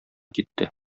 китте